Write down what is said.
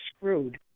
screwed